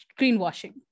greenwashing